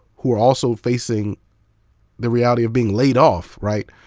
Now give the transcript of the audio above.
who are also facing the reality of being laid off, right?